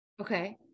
Okay